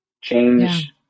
change